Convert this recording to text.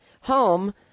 home